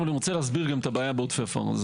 אבל אני רוצה להסביר גם את הבעיה בעודפי עפר.